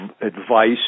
advice